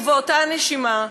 ובאותה נשימה,